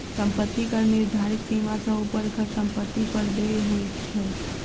सम्पत्ति कर निर्धारित सीमा सॅ ऊपरक सम्पत्ति पर देय होइत छै